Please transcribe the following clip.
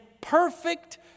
perfect